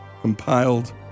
compiled